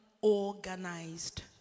organized